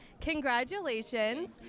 Congratulations